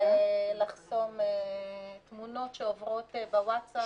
יש בעיה לחסום תמונות שעוברות בווטסאפ.